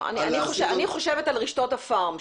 אני חושבת על רשתות הפארם,